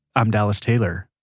i'm dallas taylor